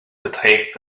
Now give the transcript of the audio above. beträgt